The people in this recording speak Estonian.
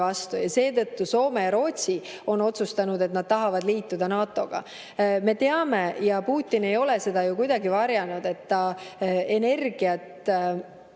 vastu. Seetõttu Soome ja Rootsi on otsustanud, et nad tahavad liituda NATO‑ga. Me teame ja Putin ei ole seda ju kuidagi varjanud, et ta energiat